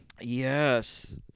Yes